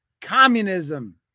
Communism